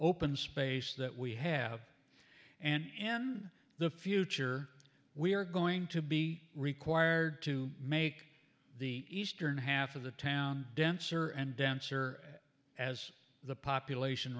open space that we have and in the future we are going to be required to make the eastern half of the town denser and denser as the population